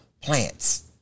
plants